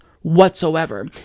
whatsoever